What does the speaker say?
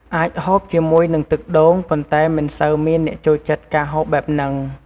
អាចហូបជាមួយនឹងទឹកដូងប៉ុន្តែមិនសូវមានអ្នកចូលចិត្តការហូបបែបនិង។